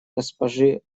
госпожи